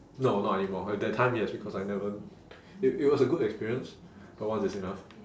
no not anymore at that time yes because I never it it was a good experience but once is enough